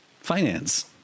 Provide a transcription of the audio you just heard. Finance